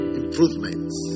improvements